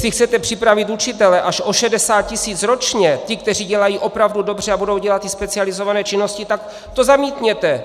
Jestli chcete připravit učitele až o 60 tis. ročně, ty, kteří dělají opravdu dobře a budou dělat ty specializované činnosti, tak to zamítněte!